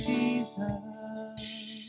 Jesus